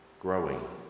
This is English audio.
growing